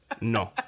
No